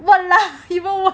!walao!